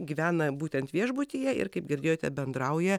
gyvena būtent viešbutyje ir kaip girdėjote bendrauja